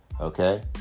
okay